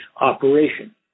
operation